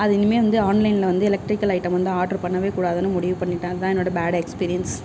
அது இனிமேல் வந்து ஆன்லைனில் வந்து எலெட்ரிக்கல் ஐட்டம் வந்து ஆர்டர் பண்ணவே கூடாதுனு முடிவு பண்ணிட்டேன் அதுதான் என்னோட பேட் எக்ஸ்பீரியன்ஸ்